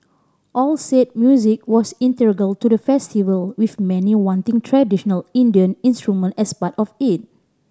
all said music was integral to the festival with many wanting traditional Indian instrument as part of it